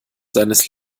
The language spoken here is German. seines